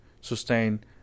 sustain